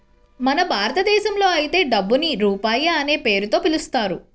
మన భారతదేశంలో అయితే డబ్బుని రూపాయి అనే పేరుతో పిలుస్తారు